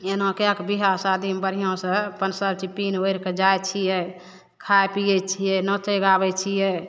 एना कए कऽ विवाह शादीमे बढ़िऑं सऽ अपन सब पहिर ओढ़िकए जाइ छियै खाइपीयै छियै नँचै गाबै छियै